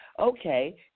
okay